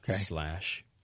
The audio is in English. slash